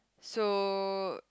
so